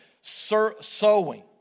sowing